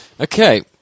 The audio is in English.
Okay